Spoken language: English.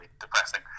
depressing